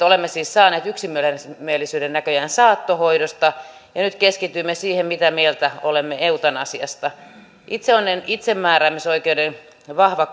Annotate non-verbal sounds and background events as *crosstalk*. *unintelligible* olemme siis näköjään saaneet yksimielisyyden saattohoidosta ja nyt keskitymme siihen mitä mieltä olemme eutanasiasta itse olen olen itsemääräämisoikeuden vahva *unintelligible*